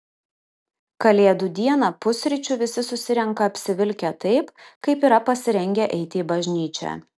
kalėdų dieną pusryčių visi susirenka apsivilkę taip kaip yra pasirengę eiti į bažnyčią